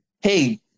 hey